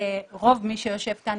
או רוב מי שיושב כאן,